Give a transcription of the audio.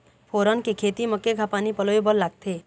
फोरन के खेती म केघा पानी पलोए बर लागथे?